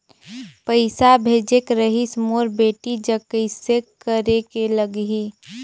पइसा भेजेक रहिस मोर बेटी जग कइसे करेके लगही?